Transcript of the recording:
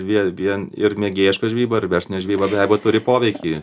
vie vien ir mėgėjiška žvejyba ir verslinė žvejyba be abejo turi poveikį